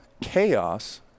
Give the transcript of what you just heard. chaos